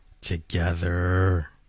Together